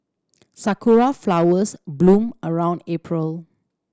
sakura flowers bloom around April